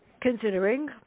considering